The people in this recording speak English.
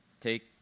take